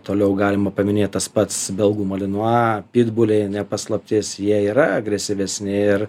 toliau galima paminėt tas pats belgų molenua pitbuliai ne paslaptis jie yra agresyvesni ir